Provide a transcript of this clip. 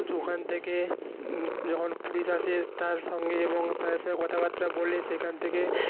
ওখান থেকে যখন পুলিশ আসে তার সঙ্গে এবং তাদের সঙ্গে কথাবার্তা বলে সেখান থেকে